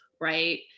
right